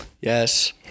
Yes